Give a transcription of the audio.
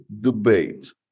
debate